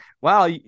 wow